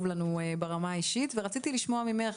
לנו ברמה האישית ורציתי לשמוע ממך,